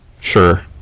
sure